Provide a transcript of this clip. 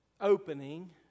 opening